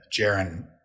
Jaron